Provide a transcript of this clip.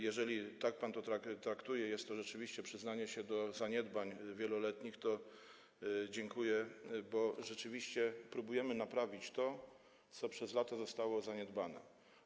Jeżeli tak pan to traktuje i jest to rzeczywiście przyznanie się do zaniedbań wieloletnich, to dziękuję, bo faktycznie próbujemy naprawić to, co przez lata zostało zaniedbane.